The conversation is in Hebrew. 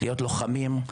להיות לוחמים.